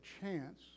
chance